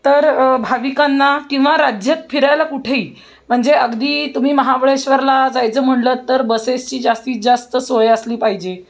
तर भाविकांना किंवा राज्यात फिरायला कुठेही म्हणजे अगदी तुम्ही महाबळेश्वरला जायचं म्हणलं तर बसेसची जास्तीत जास्त सोय असली पाहिजे